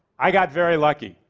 i got very lucky.